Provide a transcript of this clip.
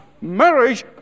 Marriage